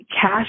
cash